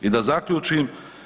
I da zaključim.